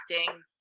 acting